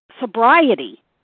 sobriety